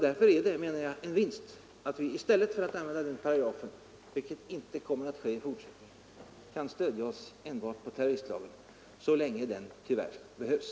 Därför är det en vinst att vi i stället för att använda den paragrafen, vilket inte kommer att ske i fortsättningen, kan stödja oss enbart på terroristlagen — så länge den tyvärr behövs.